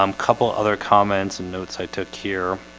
um couple of other comments and notes i took here